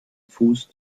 fuß